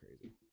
crazy